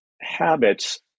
habits